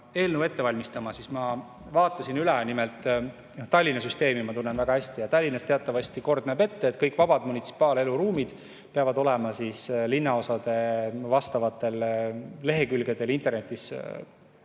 eelnõu ette valmistama, siis ma vaatasin üle ... Tallinna süsteemi ma tunnen väga hästi. Tallinnas näeb teatavasti kord ette, et kõik vabad munitsipaaleluruumid peavad olema linnaosade vastavatel lehekülgedel internetis